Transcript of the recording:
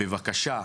בבקשה,